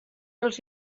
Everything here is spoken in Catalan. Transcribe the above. els